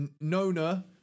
Nona